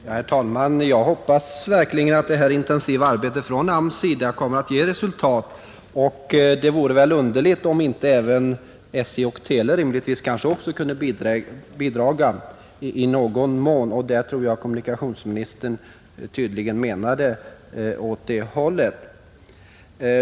Herr talman! Jag hoppas verkligen att det här intensiva arbetet inom AMS kommer att ge resultat, och det vore väl underligt om inte även SJ och televerket i någon mån kunde bidraga härtill. Jag tror också att kommunikationsministern lutade åt den uppfattningen.